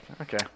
okay